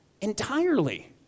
entirely